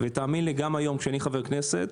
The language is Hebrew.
גם היום כשאני חבר כנסת,